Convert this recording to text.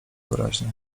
wyraźnie